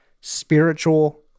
spiritual